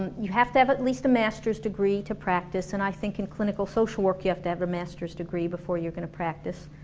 um you have to have at least a master's degree to practice and i think and clinical social work, you have to have a masters degree before you're gonna practice